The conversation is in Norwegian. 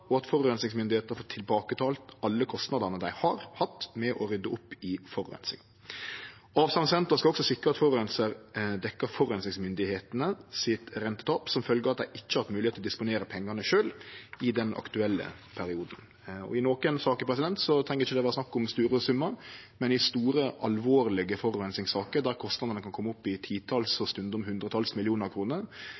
og at forureiningsmyndigheitene får tilbakebetalt alle kostnadane dei har hatt med å rydde opp i forureininga. Avsavnsrenta skal også sikre at forureinar dekkjer forureiningsmyndigheitene sitt rentetap som følgje av at dei ikkje har hatt moglegheit til å disponere pengane sjølv i den aktuelle perioden. I nokre saker treng det ikkje vere snakk om store summar, men i store, alvorlege forureiningssaker, der kostnadane kan kome opp i titals og